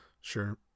sure